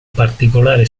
particolare